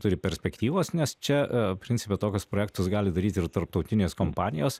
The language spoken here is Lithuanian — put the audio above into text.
turi perspektyvos nes čia principe tokius projektus gali daryti ir tarptautinės kompanijos